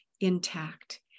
intact